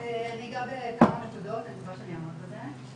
אני אגע בכמה נקודות, אני מקווה שאני אעמוד בזה.